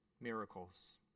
miracles